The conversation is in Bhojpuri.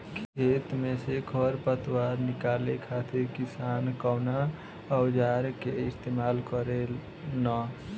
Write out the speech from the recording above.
खेत में से खर पतवार निकाले खातिर किसान कउना औजार क इस्तेमाल करे न?